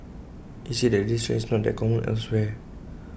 he said that this trend is not that common elsewhere